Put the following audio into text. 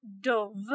Dove